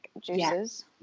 juices